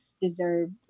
deserve